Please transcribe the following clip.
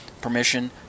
permission